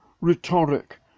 rhetoric